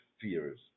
fears